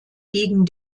gegen